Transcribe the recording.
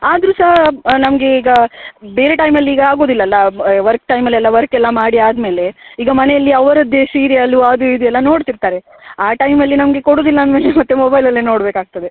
ಆದರೂ ಸಹ ನಮಗೆ ಈಗ ಬೇರೆ ಟೈಮಲ್ಲಿ ಈಗ ಆಗೋದಿಲ್ಲಲ್ಲ ಬ ವರ್ಕ್ ಟೈಮಲ್ಲೆಲ್ಲ ವರ್ಕ್ ಎಲ್ಲ ಮಾಡಿ ಆದ ಮೇಲೆ ಈಗ ಮನೆಯಲ್ಲಿ ಅವರದ್ದೇ ಸೀರಿಯಲ್ಲು ಅದು ಇದು ಎಲ್ಲ ನೋಡ್ತಿರ್ತಾರೆ ಆ ಟೈಮಲ್ಲಿ ನಮಗೆ ಕೊಡೋದಿಲ್ಲ ಅಂದ ಮೇಲೆ ಮತ್ತೆ ಮೊಬೈಲಲ್ಲೇ ನೋಡಬೇಕಾಗ್ತದೆ